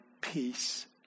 peace